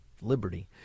liberty